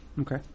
Okay